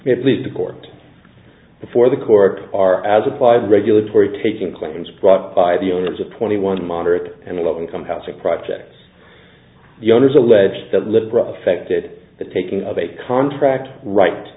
at least the court before the court are as applied regulatory taking claims brought by the owners of twenty one moderate and low income housing projects the owners allege that liberal affected the taking of a contract right